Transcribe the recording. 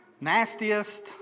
nastiest